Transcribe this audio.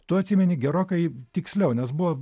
tu atsimeni gerokai tiksliau nes buvo